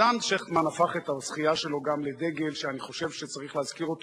בפרופסור שכטמן שקיבל פרס נובל בסוף השבוע,